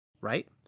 Right